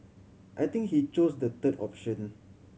I think he chose the third option